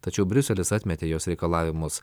tačiau briuselis atmetė jos reikalavimus